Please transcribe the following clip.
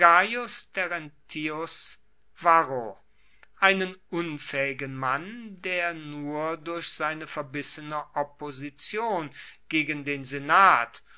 einen unfaehigen mann der nur durch seine verbissene opposition gegen den senat